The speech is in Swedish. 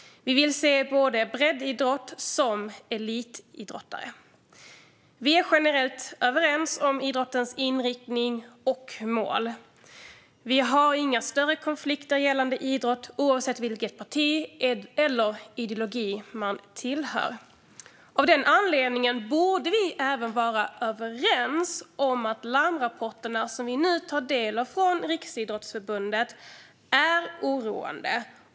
Vi vill se både breddidrottare och elitidrottare. Vi är generellt överens om idrottens inriktning och mål. Vi har inga större konflikter gällande idrott, oavsett vilket parti eller vilken ideologi vi tillhör. Av den anledningen borde vi även vara överens om att de larmrapporter som vi nu tar del av från Riksidrottsförbundet är oroande.